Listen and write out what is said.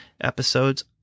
episodes